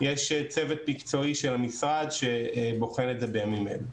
יש צוות מקצועי של המשרד שבוחן את זה בימים אלה.